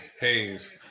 haze